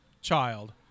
child